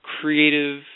creative